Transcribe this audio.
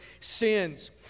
sins